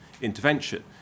intervention